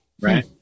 Right